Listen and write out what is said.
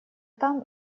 там